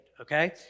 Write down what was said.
okay